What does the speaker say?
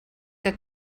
que